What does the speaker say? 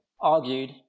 argued